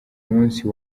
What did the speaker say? munsi